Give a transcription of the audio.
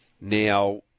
now